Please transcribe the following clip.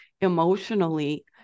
emotionally